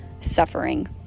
suffering